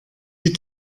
die